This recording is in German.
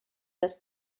das